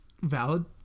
valid